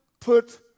put